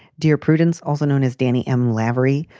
dear prudence, also known as danny m. lavery.